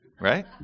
Right